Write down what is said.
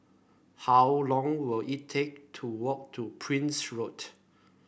how long will it take to walk to Prince Road